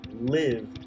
live